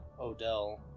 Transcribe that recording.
Odell